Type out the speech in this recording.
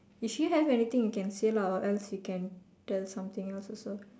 if you have anything you can say lah or else you can tell something else also